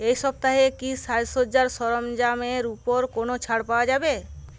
এই সপ্তাহে কি সাজসজ্জার সরঞ্জামের উপর কোনও ছাড় পাওয়া যাবে